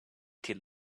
till